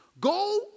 go